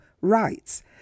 rights